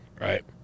right